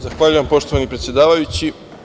Zahvaljujem poštovani predsedavajući.